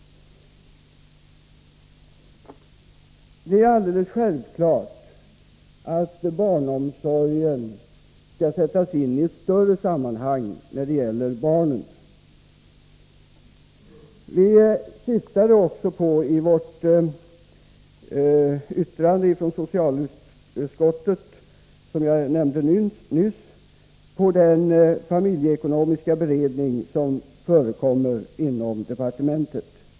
Det är alldeles självklart att barnomsorgen skall sättas in i ett större sammanhang när det gäller barnen. I det yttrande från socialutskottet som jag nämnde nyss syftade vi också på den familjeekonomiska beredning som sker inom departementet.